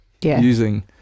using